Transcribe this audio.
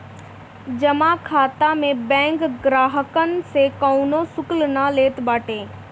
जमा खाता में बैंक ग्राहकन से कवनो शुल्क ना लेत बाटे